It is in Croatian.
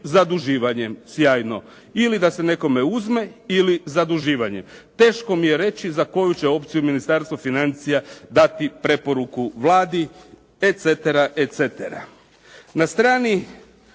zaduživanjem. Sjajno. Ili da se nekome uzme ili zaduživanjem. Teško mi je reći za koju će opciju Ministarstvo financija dati preporuku Vladi et cetera,